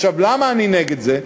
עכשיו, למה אני נגד זה?